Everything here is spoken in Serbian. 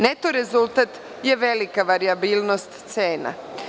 Neto rezultat je velika varijabilnost cena.